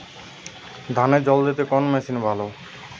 ধানে জল দিতে কোন মেশিন ভালো?